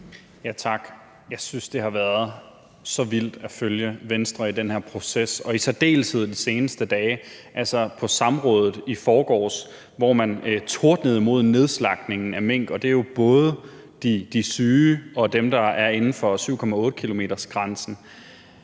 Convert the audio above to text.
Tak. Jeg synes, at det har været så vildt at følge Venstre i den her proces og i særdeleshed de seneste dage. På samrådet i forgårs tordnede man mod nedslagtningen af mink, og det er jo både de syge og dem, der er inden for 7,8 kilometersgrænsen.